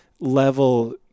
level